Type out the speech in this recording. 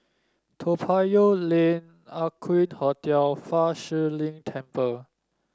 Toa Payoh Lane Aqueen Hotel Fa Shi Lin Temple